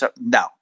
No